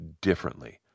differently